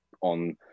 on